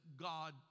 God